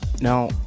now